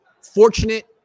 fortunate